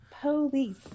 Police